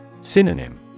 Synonym